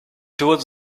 toward